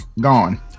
gone